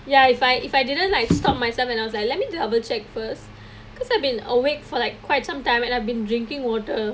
ya if I if I didn't like stop myself and I was like let me double check first because I've been awake for like quite some time and I've been drinking water